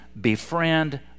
befriend